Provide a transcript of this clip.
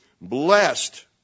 Blessed